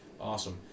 Awesome